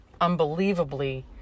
unbelievably